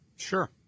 Sure